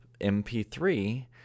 MP3